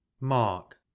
mark